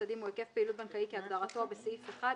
חסדים הוא היקף פעילות בנקאי כהגדרתו בסעיף 1,